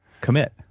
Commit